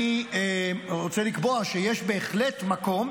אני רוצה לקבוע שיש בהחלט מקום